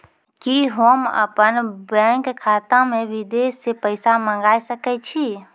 कि होम अपन बैंक खाता मे विदेश से पैसा मंगाय सकै छी?